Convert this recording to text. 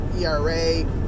ERA